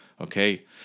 okay